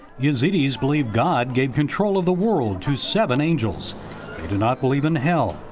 yazidis believe god gave control of the world to seven angels. they do not believe in hell.